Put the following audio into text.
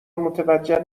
متوجه